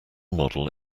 model